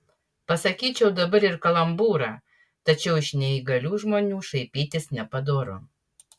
pasakyčiau dabar ir kalambūrą tačiau iš neįgalių žmonių šaipytis nepadoru